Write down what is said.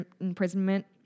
imprisonment